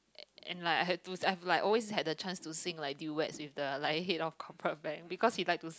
and like I had to I've like always had the chance to sing like duets with the like head of corporate bank because he like to